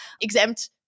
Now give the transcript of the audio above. exempt